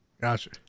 Gotcha